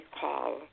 call